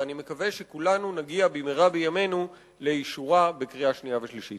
ואני מקווה שכולנו נגיע במהרה בימינו לאישורה בקריאה שנייה ושלישית.